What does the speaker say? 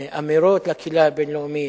אמירות לקהילה הבין-לאומית,